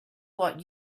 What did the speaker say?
what